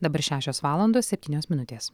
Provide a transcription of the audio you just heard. dabar šešios valandos septynios minutės